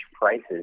prices